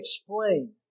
explain